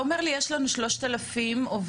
אתה אומר לי שיש לנו 3,000 עובדות